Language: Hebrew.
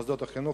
מוסדות החינוך,